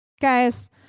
Guys